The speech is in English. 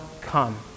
come